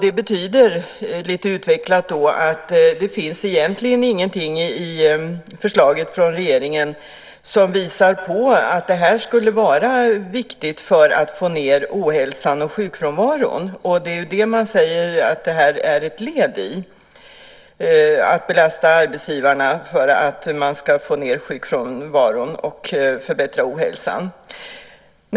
Det betyder lite utvecklat att det egentligen inte finns någonting i förslaget från regeringen som visar på att det skulle vara viktigt för att få ned ohälsan och sjukfrånvaron. Det är vad man säger att det är ett led i. Man ska belasta arbetsgivarna för att få ned sjukfrånvaron och minska ohälsan.